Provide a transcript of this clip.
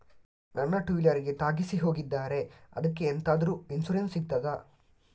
ನನ್ನ ಟೂವೀಲರ್ ಗೆ ತಾಗಿಸಿ ಹೋಗಿದ್ದಾರೆ ಅದ್ಕೆ ಎಂತಾದ್ರು ಇನ್ಸೂರೆನ್ಸ್ ಸಿಗ್ತದ?